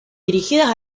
dirigidas